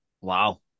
Wow